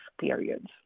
periods